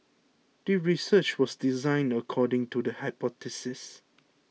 the research was designed according to the hypothesis